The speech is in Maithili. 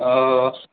हँ